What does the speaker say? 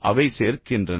அவை சேர்க்கின்றன